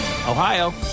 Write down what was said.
Ohio